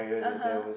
(uh huh)